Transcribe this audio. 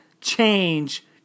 change